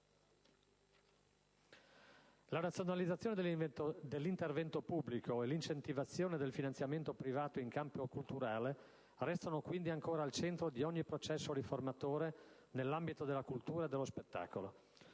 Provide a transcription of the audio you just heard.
La razionalizzazione dell'intervento pubblico e l'incentivazione del finanziamento privato in campo culturale restano quindi ancora al centro di ogni processo riformatore nell'ambito della cultura e dello spettacolo.